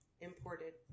imported